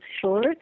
Sure